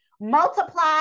multiply